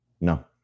No